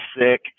sick